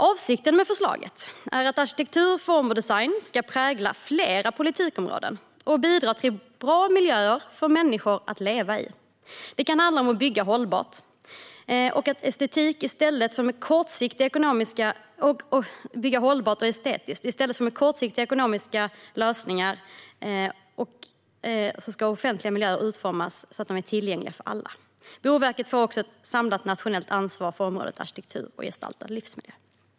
Avsikten med förslaget är att arkitektur, form och design ska prägla flera politikområden och bidra till bra miljöer för människor att leva i. Det kan handla om att bygga hållbart och estetiskt i stället för med kortsiktiga ekonomiska lösningar och att offentliga miljöer utformas för att vara tillgängliga för alla. Boverket får också ett samlat nationellt ansvar för området arkitektur och gestaltad livsmiljö.